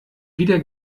wieder